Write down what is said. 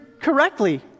correctly